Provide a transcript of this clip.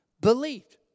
believed